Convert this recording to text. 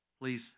Please